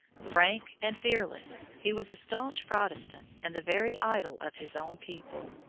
frank and fearless, he was a staunch protestant and the very idol of his own people.